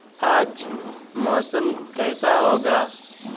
آج موسم کیسا ہوگا